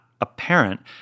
apparent